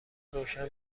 روشن